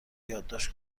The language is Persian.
یادداشت